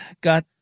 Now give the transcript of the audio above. got